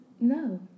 No